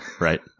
right